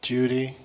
Judy